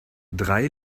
drei